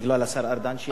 בגלל השר ארדן.